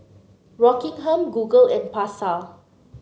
Rockingham Google and Pasar